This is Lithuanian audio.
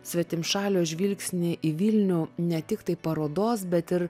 svetimšalio žvilgsnį į vilnių ne tiktai parodos bet ir